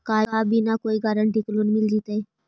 का बिना कोई गारंटी के लोन मिल जीईतै?